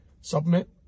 supplement